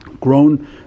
grown